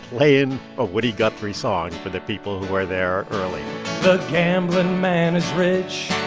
playing a woody guthrie song for the people who were there early the gambling man is rich.